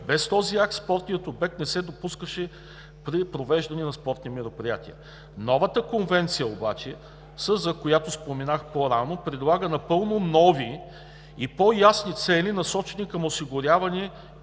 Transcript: Без този акт спортният обект не се допускаше при провеждане на спортни мероприятия. Новата Конвенция обаче, за която споменах по-рано, предлага напълно нови и по-ясни цели, насочени към осигуряване